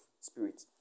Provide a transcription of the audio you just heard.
spirit